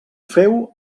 féu